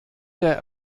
der